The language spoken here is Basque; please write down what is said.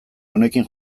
honekin